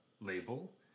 label